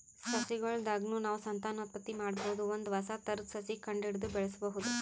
ಸಸಿಗೊಳ್ ದಾಗ್ನು ನಾವ್ ಸಂತಾನೋತ್ಪತ್ತಿ ಮಾಡಬಹುದ್ ಒಂದ್ ಹೊಸ ಥರದ್ ಸಸಿ ಕಂಡಹಿಡದು ಬೆಳ್ಸಬಹುದ್